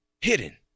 hidden